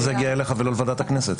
ולא לוועדת הכנסת?